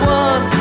one